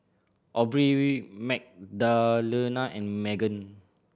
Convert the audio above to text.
Aubrie Magdalena and Meggan